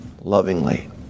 lovingly